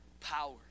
power